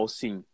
sim